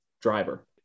driver